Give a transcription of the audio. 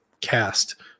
cast